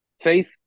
faith